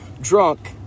Drunk